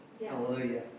Hallelujah